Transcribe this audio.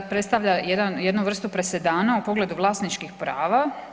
Predstavlja jednu vrstu presedana u pogledu vlasničkih prava.